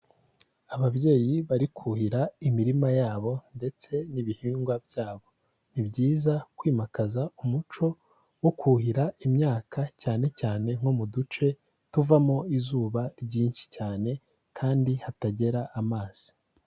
Ababyeyi bari kuhira imirima yabo ndetse n'ibihingwa byabo. Ni byiza kwimakaza umuco wo kuhira imyaka, cyane cyane nko mu duce tuvamo izuba ryinshi cyane kandi hatagera amazi.